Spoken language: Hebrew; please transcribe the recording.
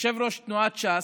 יושב-ראש תנועת ש"ס,